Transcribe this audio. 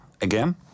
again